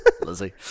Lizzie